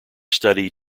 study